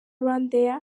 rwandair